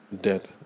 debt